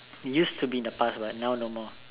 used to be in the past but now no more